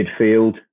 midfield